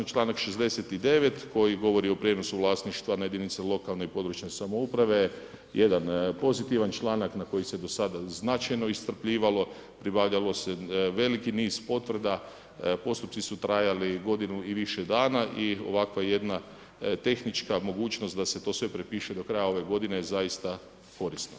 Članak 69. koji govori o prijenosu vlasništva na jedinice lokalne i područne samouprave, jedan pozitivan članak na koji se do sada značajno iscrpljivalo, pribavljalo se veliki niz potvrda, postupci su trajali godinu i više dana i ovakva jedna tehnička mogućnost da se to sve prepiše do kraja ove godine je zaista korisno.